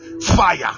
fire